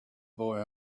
boy